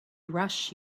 rush